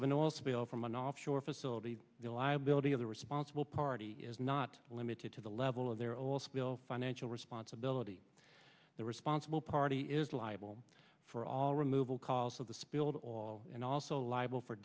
of an oil spill from an offshore facility the liability of the responsible party is not limited to the level of their old spill financial responsibility the responsible party is liable for all removal costs of the spilled oil and also liable for